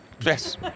Yes